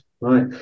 right